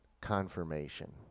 confirmation